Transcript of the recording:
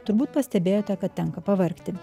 turbūt pastebėjote kad tenka pavargti